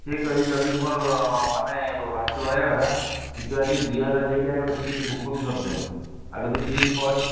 ଠିକ୍ ଅଛି ଯଦି ତୁମର ମାନେ ହଷ୍ଟେଲ୍ରେ ରହିବା କଥା ଶୀଘ୍ର ଆସିକି ଦୁଇ ହଜାର ଟଙ୍କା ଦେଇକି ଆଗ ସିଟ୍ ବୁକିଂ କରି ଦିଅନ୍ତୁ ଆଉ ଯଦି ସିଟ୍ ପଳେଇବ